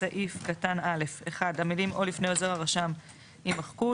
בסעיף קטן (א) יבוא: המילים "או לפני עוזר הרשם" יימחקו,